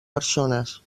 persones